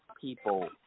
people